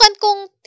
kung